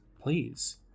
Please